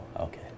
okay